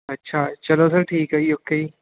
ਅੱਛਾ ਚਲੋ ਸਰ ਠੀਕ ਹੈ ਜੀ ਓਕੇ ਜੀ